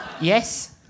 Yes